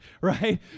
right